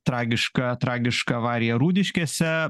tragiška tragiška avarija rūdiškėse